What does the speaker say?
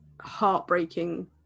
heartbreaking